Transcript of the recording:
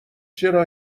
چرا